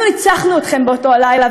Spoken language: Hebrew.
אנחנו ניצחנו אתכם באותו הלילה,